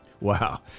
Wow